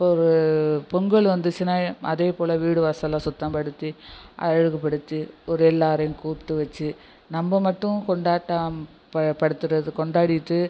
ஒரு பொங்கல் வந்துச்சுனா அதேப் போல வீடு வாசலை சுத்தப்படுத்தி அழகுபடுத்தி ஒரு எல்லோரையும் கூப்பிட்டு வைச்சு நம்ப மட்டும் கொண்டாட்டம் ப படுத்தறது கொண்டாடிவிட்டு